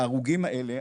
ההרוגים האלה,